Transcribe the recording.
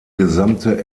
gesamte